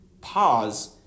pause